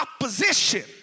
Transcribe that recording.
opposition